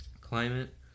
climate